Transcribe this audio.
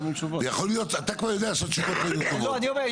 יכול להיות, אתה כבר יודע --- לא, אני אומר.